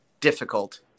difficult